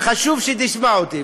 חשוב שתשמע אותי.